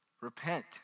Repent